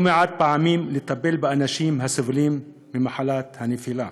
לא מעט פעמים לטפל באנשים הסובלים ממחלת הנפילה.